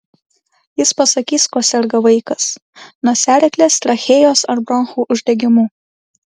jis pasakys kuo serga vaikas nosiaryklės trachėjos ar bronchų uždegimu